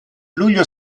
luglio